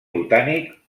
botànic